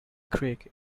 creek